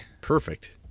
Perfect